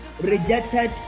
rejected